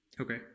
Okay